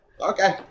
okay